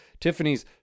Tiffany's